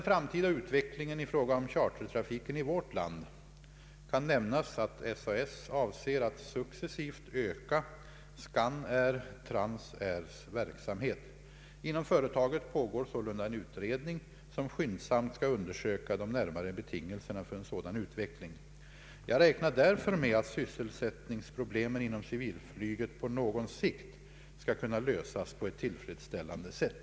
land kan nämnas, att SAS avser att successivt öka Scanair/Transairs verksamhet. Inom företaget pågår sålunda en utredning, som skyndsamt skall undersöka de närmare betingelserna för en sådan utveckling. Jag räknar därför med att sysselsättningsproblemen inom <civilflyget på någon sikt skall kunna lösas på ett tillfredsställande sätt.